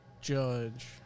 judge